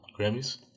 Grammys